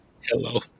Hello